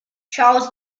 charles